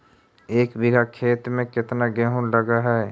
एक बिघा खेत में केतना गेहूं लग है?